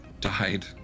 died